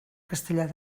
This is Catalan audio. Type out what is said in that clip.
castellar